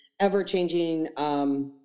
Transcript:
ever-changing